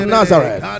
Nazareth